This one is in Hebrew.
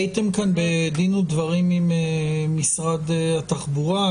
הייתם כאן בדין ודברים עם משרד התחבורה,